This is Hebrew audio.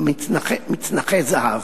מצנחי זהב.